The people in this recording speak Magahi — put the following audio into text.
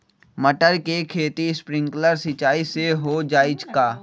मटर के खेती स्प्रिंकलर सिंचाई से हो जाई का?